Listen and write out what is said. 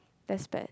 that's bad